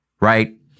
Right